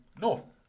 North